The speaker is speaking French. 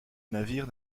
navire